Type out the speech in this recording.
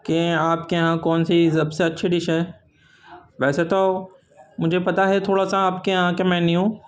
کہ آپ کے یہاں کون سی سب سے اچھی ڈش ہے ویسے تو مجھے پتا ہے تھوڑا سا آپ کے یہاں کے مینیو